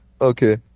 Okay